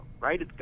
right